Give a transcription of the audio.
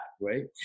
right